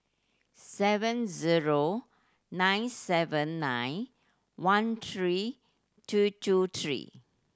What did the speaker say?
seven zero nine seven nine one three two two three